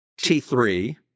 T3